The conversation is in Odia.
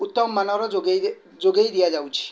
ଉତ୍ତମମାନର ଯୋଗେଇ ଯୋଗେଇ ଦିଆଯାଉଛି